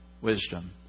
wisdom